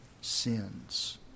sins